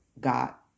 got